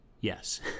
Yes